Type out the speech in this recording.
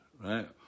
right